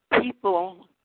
people